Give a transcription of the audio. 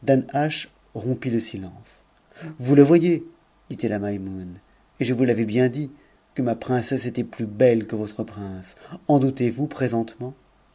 rompit le silence vous le voyez dit-il a maimoune et je vous l'avais bien dit que ma princesse était usbel e que votre prince en doutez-vous présentement